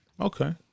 Okay